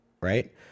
right